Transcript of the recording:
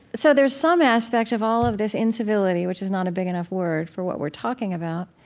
so there's some aspect of all of this incivility, which is not a big enough word for what we're talking about,